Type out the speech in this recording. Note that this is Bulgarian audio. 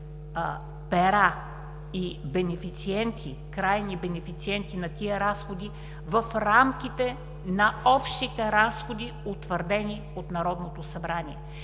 пера и крайни бенефициенти на тези разходи, в рамките на общите разходи, утвърдени от Народното събрание.